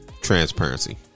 Transparency